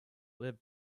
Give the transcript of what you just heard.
lived